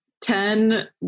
ten